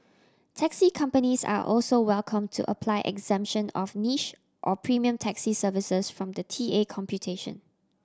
taxi companies are also welcome to apply exemption of niche or premium taxi services from the T A computation